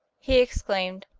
he exclaimed,